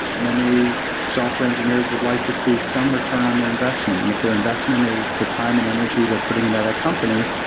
many software engineers would like to see some return on investment, and if their investment is the time and energy they're putting into that company,